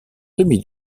semi